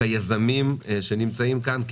את היזמים שנמצאים כאן,